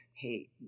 hey